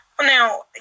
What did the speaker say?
Now